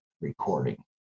recording